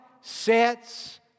sets